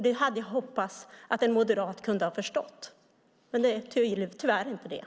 Det hade jag hoppats att en moderat kunde ha förstått. Men det är tyvärr inte så.